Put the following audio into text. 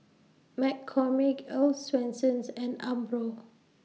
McCormick Earl's Swensens and Umbro